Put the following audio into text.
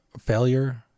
failure